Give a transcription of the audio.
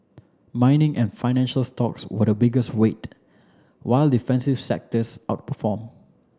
mining and financial stocks were the biggest weight while defensive sectors outperform